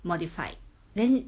modified then